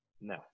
no